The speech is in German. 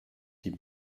die